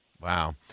Wow